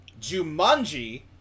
Jumanji